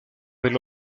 del